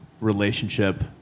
relationship